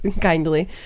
kindly